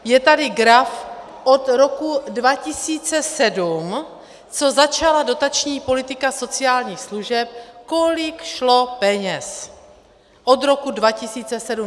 Je tady graf od roku 2007, co začala dotační politika sociálních služeb kolik šlo peněz od roku 2007.